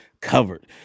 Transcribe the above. covered